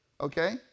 Okay